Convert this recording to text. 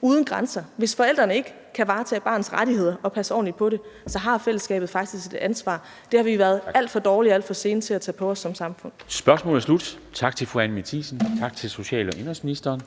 uden grænser. Hvis forældrene ikke kan varetage barnets rettigheder og passe ordentligt på det, har fællesskabet faktisk et ansvar. Det har vi været alt for dårlige og alt for sene til at tage på os som samfund. Kl. 13:47 Formanden (Henrik Dam Kristensen): Tak. Spørgsmålet er slut. Tak til fru Anni Matthiesen, og tak til social- og indenrigsministeren.